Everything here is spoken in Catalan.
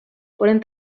foren